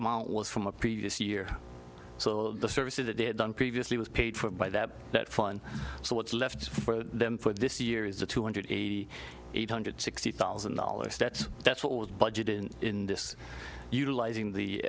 amount was from a previous year so the services that they had done previously was paid for by that that fun so what's left for them for this year is a two hundred eighty eight hundred sixty thousand dollars that's that's what was budget in in this utilizing the